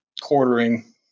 quartering